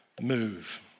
move